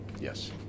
yes